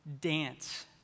dance